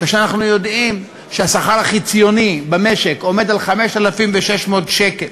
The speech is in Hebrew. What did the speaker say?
כאשר אנחנו יודעים שהשכר החציוני במשק הוא 5,600 שקל,